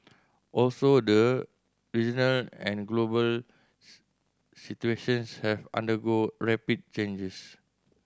also the regional and global situations have undergone rapid changes